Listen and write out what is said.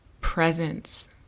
presence